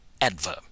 adverb